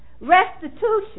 Restitution